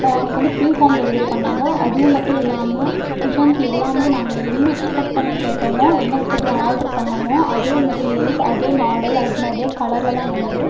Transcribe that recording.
எனக்கு வந்து free home delivery பண்ணிணாங்க அதுவும் மட்டும் இல்லாமல் குஷன்ஸ் எல்லாமே நாங்கள் என்ன எக்ஸ்பெக்ட் பண்ணி கேட்டமோ என்ன எக்ஸ்பெக்ட் பண்ணி ஆர்டரு பண்ணிணமோ அதே மெட்டீரியல்ஸ் அதே மாடல் அந்த அதே கலரில்தான் வந்தது